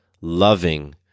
loving